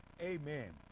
Amen